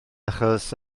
achos